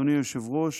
אדוני היושב-ראש,